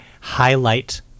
highlight